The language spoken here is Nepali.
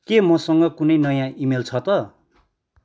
के मसँग कुनै नयाँ इमेल छ त